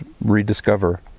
rediscover